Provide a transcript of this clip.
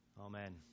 Amen